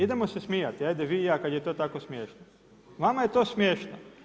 Idemo se smijati vi i ja kada je to tako smiješno, vama je to smiješno.